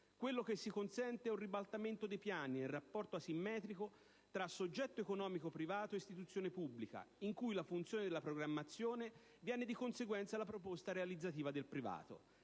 Quello che si consente è un ribaltamento dei piani nel rapporto asimmetrico tra soggetto economico privato e istituzione pubblica, in cui la funzione della programmazione viene di conseguenza alla proposta realizzativa del privato.